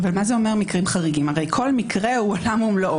כל מקרה הוא עולם ומלואו.